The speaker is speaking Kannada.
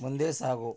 ಮುಂದೆ ಸಾಗು